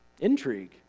Intrigue